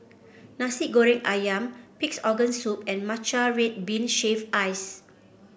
Nasi Goreng ayam Pig's Organ Soup and Matcha Red Bean Shaved Ice